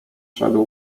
szedł